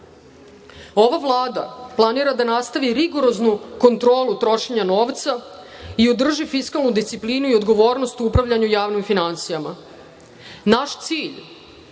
MMF.Ova Vlada planira da nastavi rigoroznu kontrolu trošenja novca i održi fiskalnu disciplinu i odgovornost u upravljanju javnim finansijama. Naš cilj